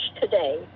today